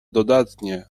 dodatnie